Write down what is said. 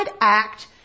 act